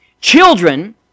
Children